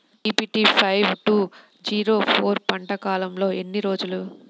BPT five two zero four పంట కాలంలో ఎన్ని రోజులు?